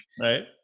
right